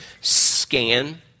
scan